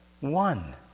one